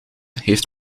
heeft